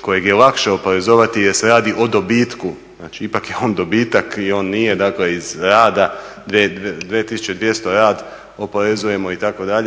kojeg je lakše oporezovati jer se radi o dobitku. Znači, ipak je on dobitak i on nije, dakle iz rada. 2200 rad oporezujemo itd.